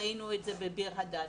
ראינו את זה בביר הדאג'.